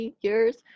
years